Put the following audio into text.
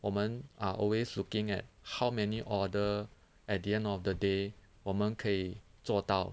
我们 are always looking at how many order at the end of the day 我们可以做到